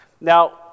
Now